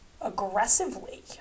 aggressively